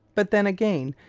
but then, again,